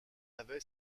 avait